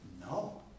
No